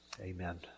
Amen